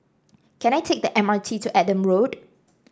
can I take the M R T to Adam Road